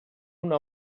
una